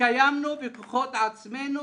התקיימנו בכוחות עצמנו